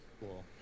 Cool